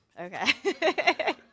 okay